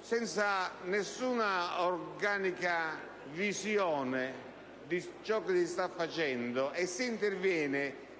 senza nessuna organica visione di ciò che si sta facendo. Si interviene